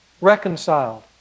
Reconciled